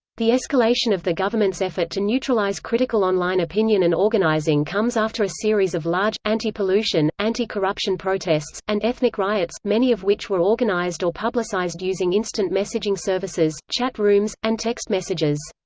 the escalation of the government's effort to neutralize critical online opinion and organizing comes after a series of large, anti-pollution, anti-corruption protests, and ethnic riots, many of which were organized or publicized using instant messaging services, chat rooms, and text messages.